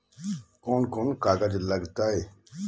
कौन कौन कागज लग तय?